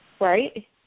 right